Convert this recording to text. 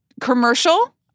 commercial